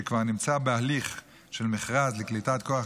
שכבר נמצא בהליך של מכרז לקליטת כוח